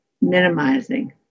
minimizing